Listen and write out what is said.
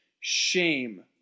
shame